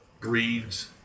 breeds